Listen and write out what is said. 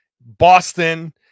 Boston